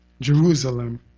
Jerusalem